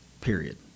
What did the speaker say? Period